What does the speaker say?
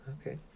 Okay